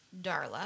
Darla